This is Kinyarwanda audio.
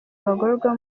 abagororwa